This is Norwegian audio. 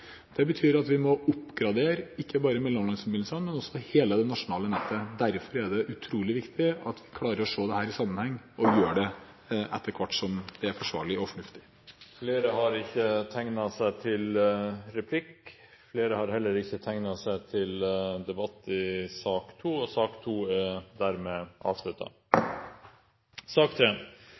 Det betyr at vi må oppgradere ikke bare mellomlandsforbindelsene, men også hele det nasjonale nettet. Derfor er det utrolig viktig at vi klarer å se dette i sammenheng – og gjør det etter hvert som det er forsvarlig og fornuftig. Flere har ikke bedt om ordet til sak nr. 2. Etter ønske fra energi- og miljøkomiteen vil presidenten foreslå at taletiden begrenses til 24 minutter og